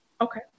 Okay